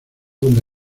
donde